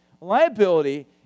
Liability